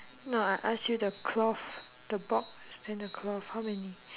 no I ask you the cloth the box and the cloth how many